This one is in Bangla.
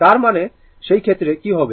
তার মানে সেই ক্ষেত্রে কী হবে